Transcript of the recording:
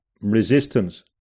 resistance